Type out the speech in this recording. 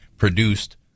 produced